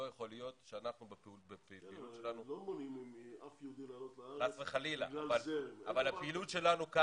לא מונעים מאף יהודי לעלות לארץ בכלל זרם כלשהו.